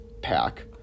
Pack